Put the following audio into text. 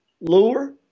lure